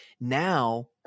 Now